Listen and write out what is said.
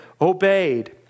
obeyed